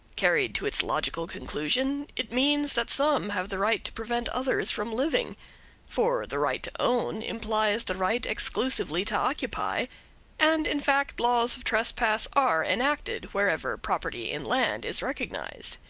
carried to its logical conclusion, it means that some have the right to prevent others from living for the right to own implies the right exclusively to occupy and in fact laws of trespass are enacted wherever property in land is recognized.